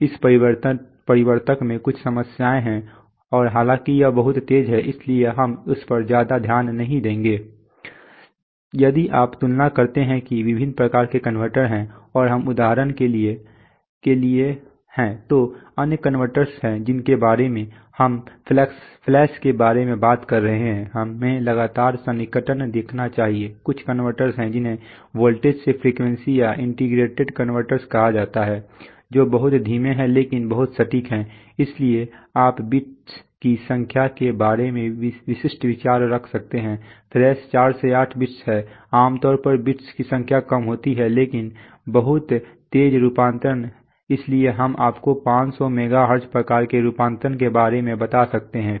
इस परिवर्तक में कुछ समस्याएं हैं और हालांकि यह बहुत तेज है इसलिए हम उस पर ज्यादा ध्यान नहीं देंगे यदि आप तुलना करते हैं कि विभिन्न प्रकार के कन्वर्टर्स हैं और हम उदाहरण के लिए हैं तो अन्य कन्वर्टर्स हैं जिनके बारे में हम फ्लैश के बारे में बात कर रहे हैं हमें लगातार सन्निकटन देखना चाहिए कुछ कन्वर्टर्स हैं जिन्हें वोल्टेज से फ़्रीक्वेंसी या इंटीग्रेटिंग कन्वर्टर्स कहा जाता है जो बहुत धीमे हैं लेकिन बहुत सटीक है इसलिए आप बिट्स की संख्या के बारे में विशिष्ट विचार रख सकते हैं फ्लैश 4 से 8 बिट्स हैं आमतौर पर बिट्स की संख्या कम होती है लेकिन बहुत तेज़ रूपांतरण इसलिए हम आपको 500 मेगाहर्ट्ज़ प्रकार के रूपांतरणों के बारे में बता सकते हैं